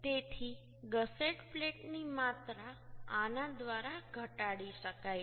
તેથી ગસેટ પ્લેટની માત્રા આના દ્વારા ઘટાડી શકાય છે